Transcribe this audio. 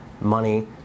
money